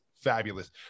fabulous